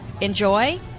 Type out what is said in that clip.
enjoy